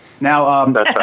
Now